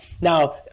now